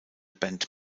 band